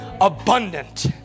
abundant